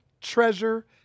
treasure